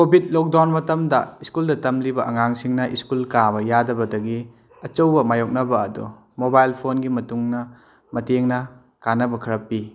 Covid lockdown ꯃꯇꯝꯗ ꯁ꯭ꯀꯨꯜꯗ ꯇꯝꯂꯤꯕ ꯑꯉꯥꯡꯁꯤꯡꯅ ꯁ꯭ꯀꯨꯜ ꯀꯥꯕ ꯌꯥꯗꯕꯗꯒꯤ ꯑꯆꯧꯕ ꯃꯥꯏꯌꯣꯛꯅꯕ ꯑꯗꯣ ꯃꯣꯕꯥꯏꯜ ꯐꯣꯟꯒꯤ ꯃꯇꯨꯡꯅ ꯃꯇꯦꯡꯅ ꯀꯥꯟꯅꯕ ꯈꯔ ꯄꯤ